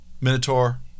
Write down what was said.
Minotaur